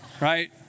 Right